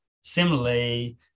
Similarly